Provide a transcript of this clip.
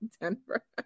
Denver